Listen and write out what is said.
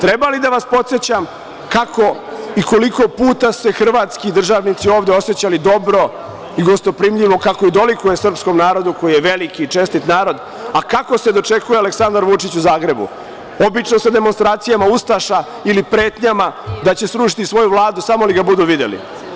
Treba li da vas podsećam kako i koliko puta su se hrvatski državnici ovde osećali dobro i gostoprimljivog kako i dolikuje srpskom narodu koji je veliki i čestit narod, a kako se dočekuje Aleksandar Vučić u Zagrebu, obično se demonstracijama ustaša ili pretnjama da će srušiti svoju Vladu samo li ga budu videli.